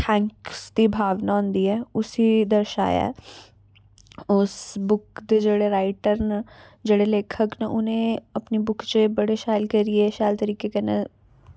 thanks दी भावना होंदी ऐ उस्सी दर्शाया ऐ उस बुक दे जेह्ड़े राइटर न जेह्ड़े लेखक न उ'नें अपनी बुक च एह् बड़े शैल करियै शैल तरीकै कन्नै